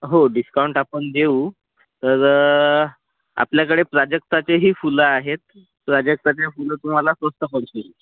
हो डिस्काउंट आपण देऊ तर आपल्याकडे प्राजक्ताचीही फुलं आहेत प्राजक्ताची फुलं तुम्हाला स्वस्त पडतील